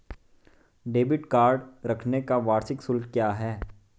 Debit card रखने का वार्षिक शुल्क क्या है?